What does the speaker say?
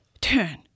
Turn